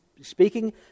speaking